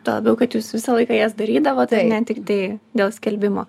tuo labiau kad jūs visą laiką jas darydavot ne tiktai dėl skelbimo